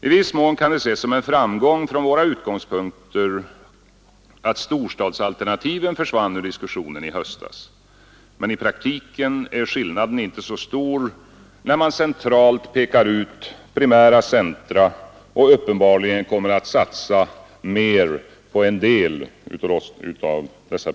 I viss mån kan det ses som en framgång från våra utgångspunkter att storstadsalternativen försvann ur diskussionen i höstas, men i praktiken är skillnaden inte så stor när man centralt pekar ut primära centra och uppenbarligen kommer att satsa mer på en del av dessa.